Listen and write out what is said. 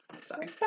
sorry